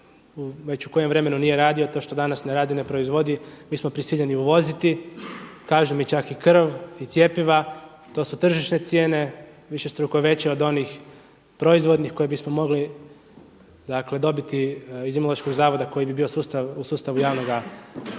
već u kojem vremenu nije radio. To što danas ne radi, ne proizvodi mi smo prisiljeni uvoziti. Kažem čak i krv i cjepiva. To su tržišne cijene višestruko veće od onih proizvodnih koje bismo mogli, dakle dobiti iz Imunološkog zavoda koji bi bio u sustavu javnoga zdravstva.